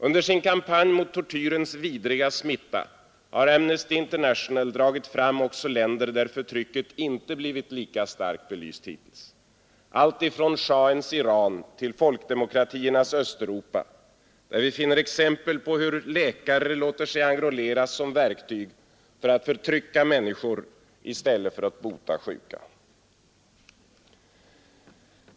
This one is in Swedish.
Under sin kampanj mot tortyrens vidriga smitta har Amnesty International dragit fram också länder där förtrycket inte blivit lika starkt belyst hittills — alltifrån shahens Iran till folkdemokratiernas Östeuropa, där vi finner exempel på hur läkare låter sig enrolleras som verktyg för att förtrycka människor i stället för att bota sjuka.